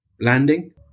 landing